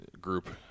group